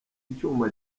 icyuma